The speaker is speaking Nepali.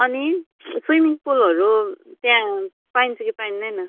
अनि स्वीमिङ पुलहरू त्यहाँ पाइन्छ कि पाइँदैन